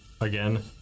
again